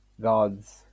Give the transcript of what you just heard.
God's